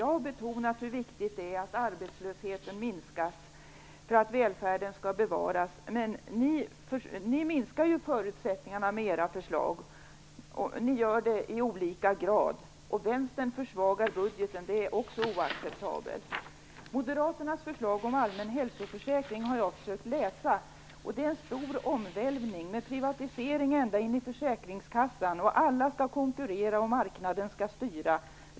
Jag har betonat hur viktigt det är att arbetslösheten minskas för att välfärden skall bevaras. Men ni minskar ju förutsättningarna med era förslag, och ni gör det i olika grad. Vänstern försvagar budgeten, och det är också oacceptabelt. Moderaternas förslag om allmän hälsoförsäkring har jag försökt att läsa. Det är en stor omvälvning med privatisering ända in i försäkringskassan. Alla skall konkurrera, och marknaden skall styra.